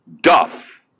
Duff